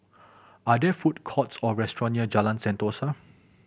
are there food courts or restaurants near Jalan Sentosa